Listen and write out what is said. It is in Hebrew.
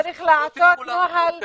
צריך לעשות נוהל מסודר,